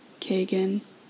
Kagan